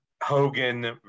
Hogan